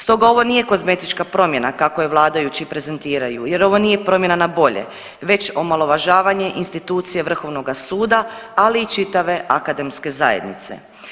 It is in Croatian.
Stoga ovo nije kozmetička promjena kako je vladajući prezentiraju, jer ovo nije promjena na bolje već omalovažavanje institucije Vrhovnoga suda, ali i čitave akademske zajednice.